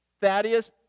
Thaddeus